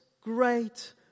great